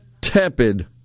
tepid